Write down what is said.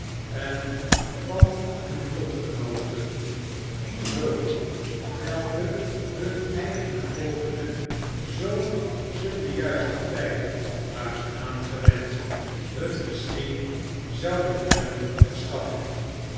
en van hun lotgenooten die hulp welke hun eigene pogingen zoo ze te juister tnd waren aangewend nun misschien zouden hebben verschaft